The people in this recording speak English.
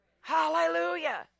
Hallelujah